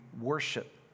worship